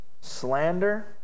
slander